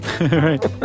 Right